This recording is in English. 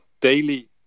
daily